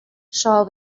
shall